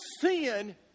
sin